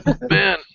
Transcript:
man